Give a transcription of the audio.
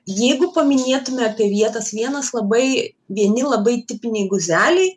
jeigu paminėtume apie vietas vienas labai vieni labai tipiniai guzeliai